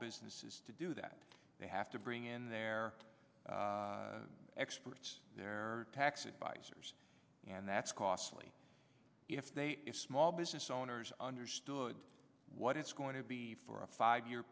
businesses to do that they have to bring in their experts their tax advisors and that's costly if they if small business owners understood what it's going to be for a five year